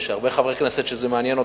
יש הרבה חברי כנסת שזה מעניין אותם,